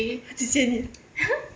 他去接你啊